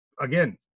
again